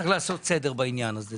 צריך לעשות סדר בעניין הזה.